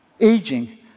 aging